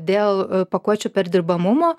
dėl pakuočių perdirbamumo